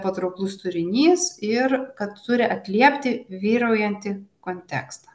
patrauklus turinys ir kad turi atliepti vyraujantį kontekstą